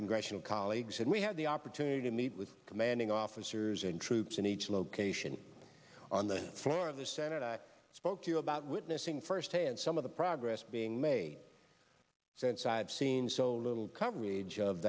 congressional colleagues and we had the opportunity to meet with commanding officers and troops in each location on the floor of the senate i spoke to you about witnessing firsthand some of the progress being made since i've seen so little coverage of